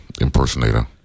impersonator